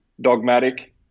dogmatic